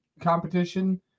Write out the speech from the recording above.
competition